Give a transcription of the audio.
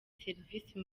serivisi